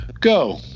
go